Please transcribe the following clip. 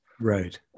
Right